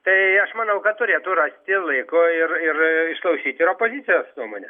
tai aš manau kad turėtų rasti laiko ir ir išklausyt ir opozicijos nuomonę